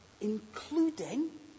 Including